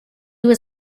was